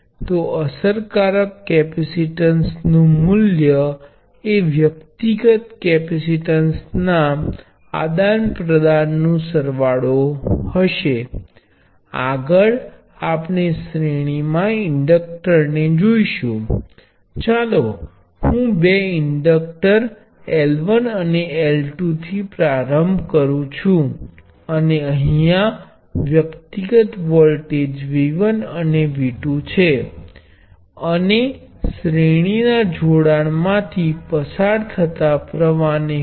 અને હવે આપણે પ્રવાહ અને કેપેસીટર માટે વ્યક્તિગત અભિવ્યક્તિ લખી શકીએ છીએ આપણે જાણીએ છીએ કે કેપેસિટર C1 માંથી પસાર થતો પ્રવાહ એ C1dVdt કેપેસિટર C2 માંથી પસાર થતો પ્રવાહ એ C2dVdt અને કેપેસિટર CN માંથી પસાર થતો પ્રવાહ એ CNdVdt હશે